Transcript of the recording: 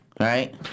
Right